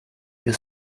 you